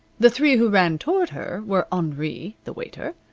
the three who ran toward her were henri, the waiter,